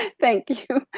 thank you.